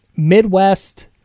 Midwest